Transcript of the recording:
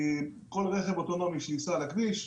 כי כל רכב אוטונומי שייסע על הכביש הוא,